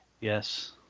yes